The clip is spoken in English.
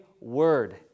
word